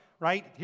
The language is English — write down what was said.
right